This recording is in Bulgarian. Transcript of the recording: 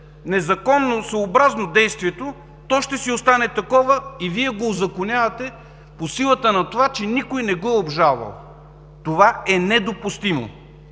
незаконосъобразно действието, то ще си остане такова и Вие го узаконявате по силата на това, че никой не го е обжалвал. Това е недопустимо!